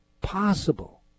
possible